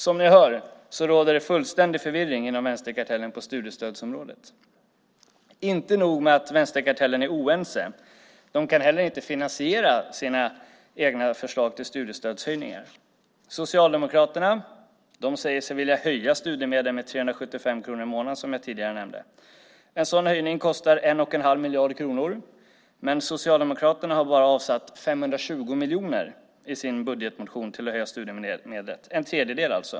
Som ni hör råder det fullständig förvirring inom vänsterkartellen på studiestödsområdet. Inte nog med att vänsterkartellen är oense. De kan heller inte finansiera sina egna förslag till studiestödshöjningar. Socialdemokraterna säger sig vilja höja studiemedlen med 375 kronor i månaden, som jag tidigare nämnde. En sådan höjning kostar 1 1⁄2 miljard kronor, men Socialdemokraterna har bara avsatt 520 miljoner i sin budgetmotion till att höja studiemedlet, alltså en tredjedel.